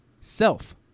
Self